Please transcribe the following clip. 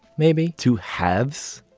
maybe two halves.